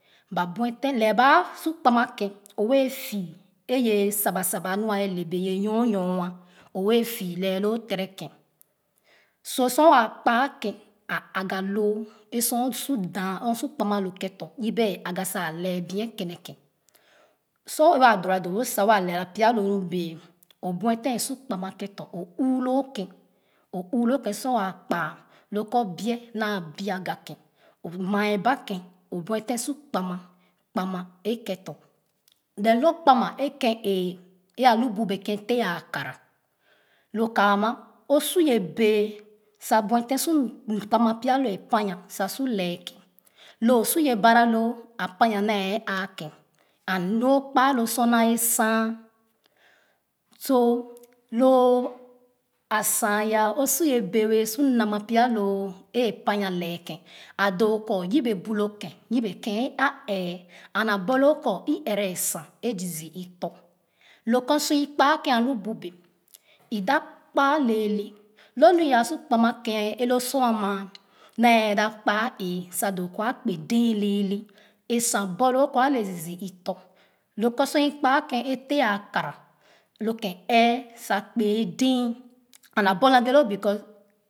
Ba buefe lɛɛ ba su kpama keh o wẹe̱ fii eye saba saba nu abee nua yoyo’a o wɛɛ fii lɛẹ loo terɛ ken so sor waa ikpa ma keh a aga loo sor o su daa sor o su kpa ma ken tɔ yebe ɛɛ aga sa alɛɛ bue ken sor waa dora doo wo sa waa lera pya lo nu bee o buefen a su kpa ma kentɔ o uu loo ken o uu loo ken sor waa kpa lu kɔ bue naa bua aga ken o maa be ken o bueteh su kpa ma kpa ma e kentɔ then loo kpa ma ken ee e ahi bu bee ken teh aa kara lo ka ama o su ye bee sa buefen su kpama pia lo apan yan su lɛɛ ken loo su baraloo apan ran naa aaken And lo o kpaa lo sor naa san so too asan aya osu ye bee wɛɛ su nama pya loo a panyan lɛẹ ken a doo kɔ yebe lo ken yebe ken e’a ɛɛ and aborloo kɔ u ɛrɛ esan zii zii itɔ loo sor i kpaa ken alu bu bee o do kpaa lɛɛlew lo nu yaa su kpa ma ken alo sor ama nee da kpa ee sa doo kɔ a kpe dee lɛɛɛ esan borloo kɔ ale zii zii ɔtɔ lo kɔ sor ikpa ken teh akara lo ken ɛɛ sa kpee dee and as bornaa ghe loo because